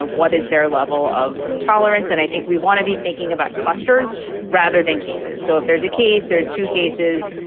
what is their level of tolerance. and i think we want to be thinking about clusters rather than cases. so if there's a case, there's two cases,